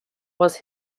was